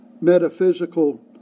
metaphysical